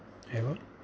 एवं